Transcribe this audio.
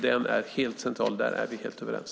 Den är helt central, och där är vi helt överens.